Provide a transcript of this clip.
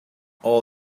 all